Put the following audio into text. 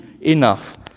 enough